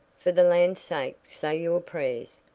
for the land sake, say your prayers,